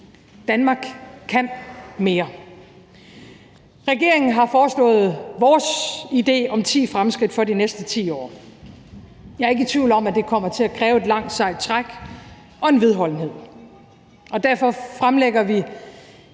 Danmark kan mere. Regeringen har fremlagt vores idé om ti fremskridt for de næste 10 år. Jeg er ikke i tvivl om, at det kommer til at kræve et langt, sejt træk og en vedholdenhed. Derfor fremlægger vi